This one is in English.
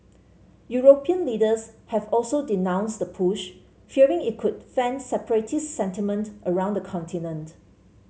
European leaders have also denounced the push fearing it could fan separatist sentiment around the continent